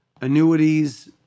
annuities